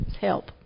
help